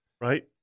Right